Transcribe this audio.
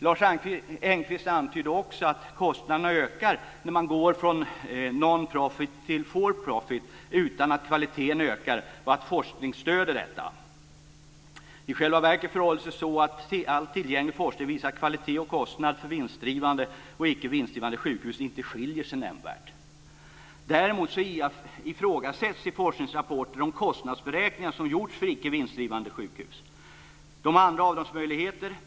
Lars Engqvist antydde också att kostnaderna ökar när man går från non-profit till for-profit utan att kvaliteten ökar och att forskningen stöder detta. I själva verket förhåller det sig så att all tillgänglig forskning visar att kvalitet och kostnad för vinstdrivande och icke vinstdrivande sjukhus inte skiljer sig nämnvärt. Däremot ifrågasätts i forskningsrapporter de kostnadsberäkningar som gjorts för icke vinstdrivande sjukhus. De har andra avdragsmöjligheter.